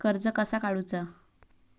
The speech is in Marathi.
कर्ज कसा काडूचा?